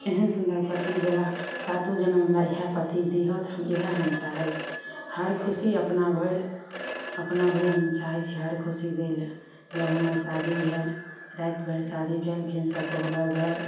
एहन सुन्दर पति देला सातो जनम हमरा इएहे पति दिहथु हम इएहे हम चाहय छी हर खुशी अपना भरि अपना भरि हम चाहय छी हर खुशी दै लए जब हमर शादी भेल राति भरि शादी भेल भिनसर कोहबर भेल